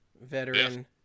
Veteran